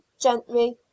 gentry